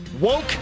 Woke